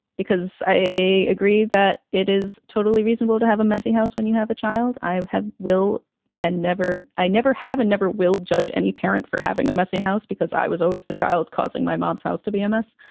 because i a a agree that it is totally reasonable to have a messy house when you have a child. i have will and never i never have and never will judge any parent for having a messy house because i was always the child causing my mom's house to be a mess.